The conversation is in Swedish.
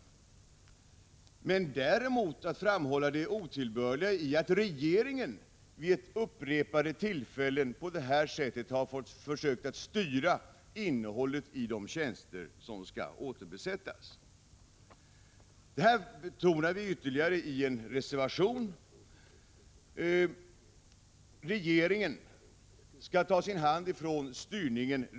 Vi vill däremot framhålla det otillbörliga i att regeringen vid upprepade tillfällen på detta sätt har försökt styra innehållet i de tjänster som skall återbesättas. Detta betonar vi ytterligare i en reservation. Regeringen skall ta sin hand från styrningen.